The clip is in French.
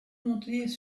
montées